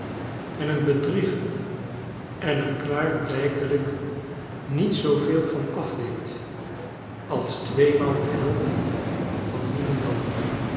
en een bedrieger en er klaarblijkelijk niet zooveel van af weet als tweemaal de helft van niemendal